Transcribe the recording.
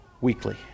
weekly